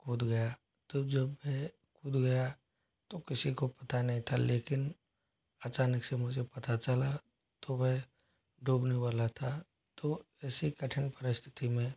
कूद गया तो जब वह कूद गया तो किसी को पता नहीं था लेकिन अचानक से मुझे पता चला तो वह डूबने वाला था तो ऐसी कठिन परिस्थिति में